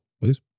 Please